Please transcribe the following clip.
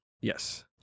yes